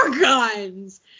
guns